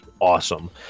awesome